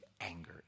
anger